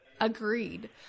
Agreed